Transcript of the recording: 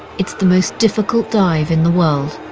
it's the most difficult dive in the world.